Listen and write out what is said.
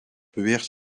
beweert